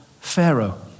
Pharaoh